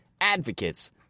Advocates